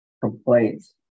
complaints